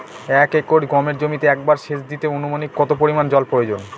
এক একর গমের জমিতে একবার শেচ দিতে অনুমানিক কত পরিমান জল প্রয়োজন?